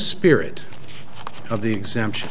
spirit of the exemption